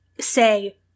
say